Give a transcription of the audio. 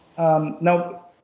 Now